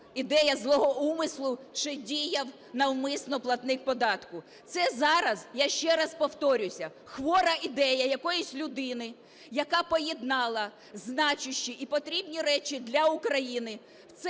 ідея злого умислу, чи діяв навмисно платник податку. Це зараз, я ще раз повторююся, хвора ідея якоїсь людини, яка поєднала значущі і потрібні речі для України